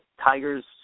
Tigers